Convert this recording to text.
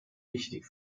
wichtig